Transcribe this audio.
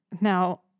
Now